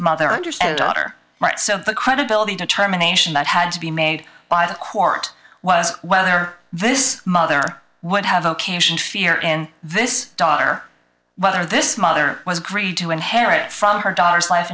mother understand daughter right so the credibility determination that had to be made by the court was whether this mother would have occasion to fear in this daughter whether this mother was agreed to inherit from her daughter's life